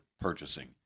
purchasing